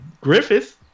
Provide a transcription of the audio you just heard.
Griffith